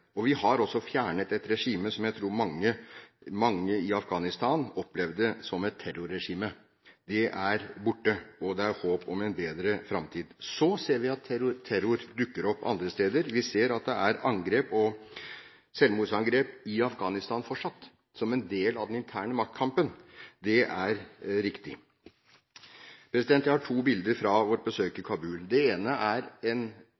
og vi har også fjernet et regime som jeg tror mange i Afghanistan opplevde som et terrorregime. Det er borte, og det er håp om en bedre framtid. Så ser vi at terror dukker opp andre steder. Vi ser at det er angrep og selvmordsangrep i Afghanistan fortsatt, som en del av den interne maktkampen. Det er riktig. Jeg har to bilder fra vårt besøk i Kabul. Det ene er en